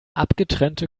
abgetrennte